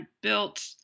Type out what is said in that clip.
built